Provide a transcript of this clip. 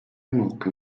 موقع